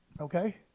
okay